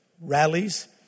rallies